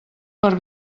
per